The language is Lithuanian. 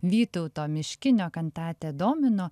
vytauto miškinio kantate domino